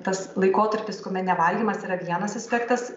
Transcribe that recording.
tas laikotarpis kuomet nevalgymas yra vienas aspektas